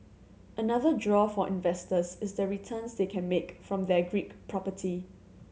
another draw for investors is the returns they can make from their Greek property